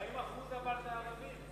אבל 40% זה ערבים.